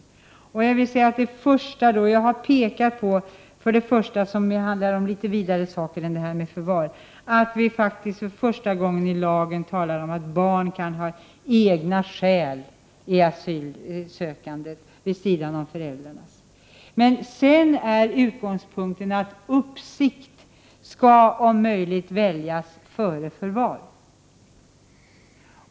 Jag har pekat på — och det handlar då om litet mer än detta med förvar — att vi faktiskt för första gången i lagen talar om att barn kan ha egna skäl i asylsökandet vid sidan av föräldrarnas. Sedan är utgångspunkten att uppsikt om möjligt skall väljas före förvar.